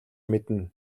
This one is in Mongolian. мэднэ